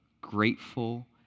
grateful